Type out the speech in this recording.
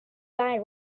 thy